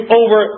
over